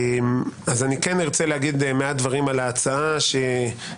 אז אני כן ארצה להגיד מעט דברים על ההצעה שהונחה,